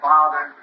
Father